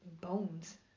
bones